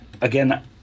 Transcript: Again